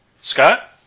Scott